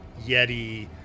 yeti